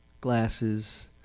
glasses